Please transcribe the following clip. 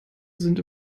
sind